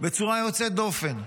בצורה יוצאת דופן.